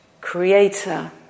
creator